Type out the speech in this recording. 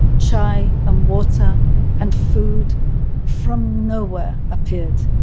chai and water and food from nowhere appeared.